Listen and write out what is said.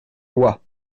lois